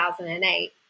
2008